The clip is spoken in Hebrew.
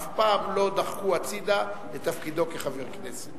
אף פעם לא דחו הצדה את תפקידו כחבר כנסת